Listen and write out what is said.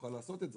נוכל לעשות את זה,